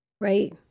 Right